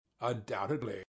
undoubtedly